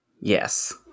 Yes